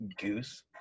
Goose